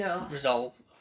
resolve